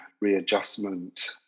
readjustment